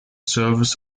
service